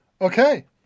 Okay